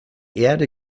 erde